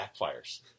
backfires